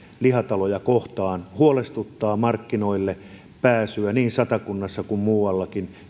lihataloja kohtaan huolestuttaa markkinoille pääsyä niin satakunnassa kuin muuallakin